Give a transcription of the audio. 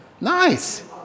Nice